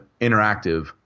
interactive